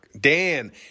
Dan